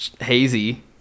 Hazy